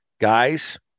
guys